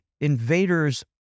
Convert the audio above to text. invaders